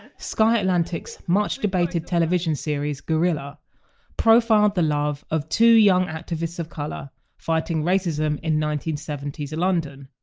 sky atlantic's much debated television series guerilla profiled the love of two young activists of colour fighting racism in nineteen seventy s london.